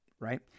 right